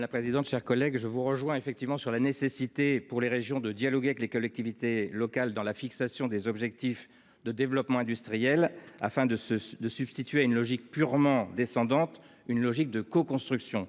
la commission ? Mon cher collègue, je vous rejoins quant à la nécessité, pour les régions, de dialoguer avec les collectivités locales pour la fixation des objectifs de développement industriel, afin de substituer à une logique purement descendante une logique de coconstruction.